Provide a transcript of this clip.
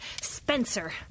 Spencer